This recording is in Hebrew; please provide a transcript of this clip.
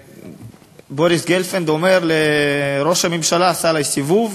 בוריס גלפנד אומר: ראש הממשלה עשה עלי סיבוב,